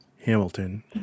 Hamilton